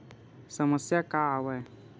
समस्या का आवे?